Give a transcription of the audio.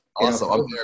Awesome